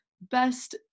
best